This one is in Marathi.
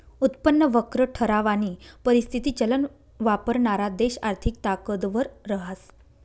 उत्पन्न वक्र ठरावानी परिस्थिती चलन वापरणारा देश आर्थिक ताकदवर रहास